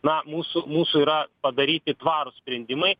na mūsų mūsų yra padaryti tvarūs sprendimai